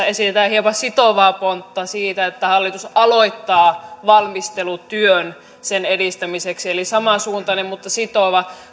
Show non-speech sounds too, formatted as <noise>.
<unintelligible> esitetään sitovaa pontta siitä että hallitus aloittaa valmistelutyön sen edistämiseksi eli samansuuntainen mutta sitova